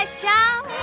shout